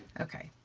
okay.